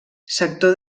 sector